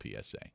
psa